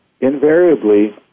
Invariably